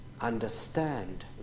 Understand